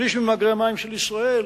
שליש ממאגרי המים של ישראל,